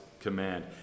command